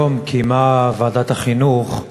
היום קיימה ועדת החינוך,